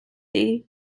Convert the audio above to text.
est